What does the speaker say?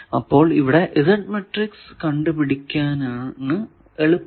അപ്പോൾ ഇവിടെ Z matrix കണ്ടു പിടിക്കാനാണ് എളുപ്പം